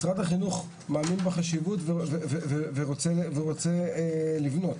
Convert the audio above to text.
משרד החינוך מאמין בחשיבות, ורוצה לבנות.